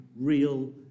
real